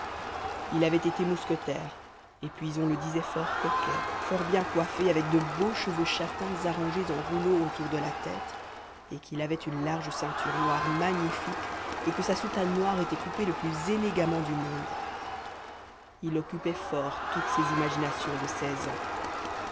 il avait été mousquetaire et puis on le disait fort coquet fort bien coiffé avec de beaux cheveux châtains arrangés en rouleau autour de la tête et qu'il avait une large ceinture moire magnifique et que sa soutane noire était coupée le plus élégamment du monde il occupait fort toutes ces imaginations de seize ans